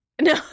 No